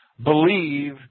Believe